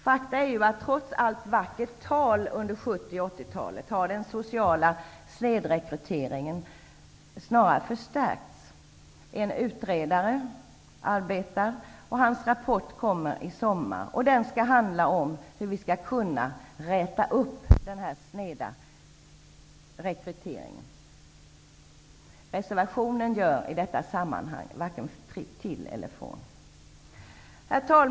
Faktum är att trots allt vackert tal under 70 och80-talen har den sociala snedrekryteringen snarare förstärkts. En utredare arbetar med dessa frågor, och hans rapport kommer i sommar. Den skall handla om hur vi kan komma till rätta med den här sneda rekryteringen. I detta sammanhang gör reservationen varken till eller från. Herr talman!